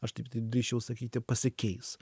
aš taip drįsčiau sakyti pasikeis